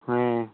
ᱦᱮᱸ